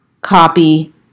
copy